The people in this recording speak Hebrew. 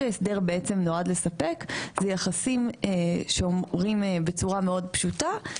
ההסדר נועד לספק יחסים שאומרים בצורה מאוד פשוטה,